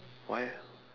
why eh